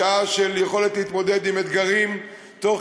בשעה של יכולת להתמודד עם אתגרים תוך